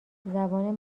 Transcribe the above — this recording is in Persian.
زبان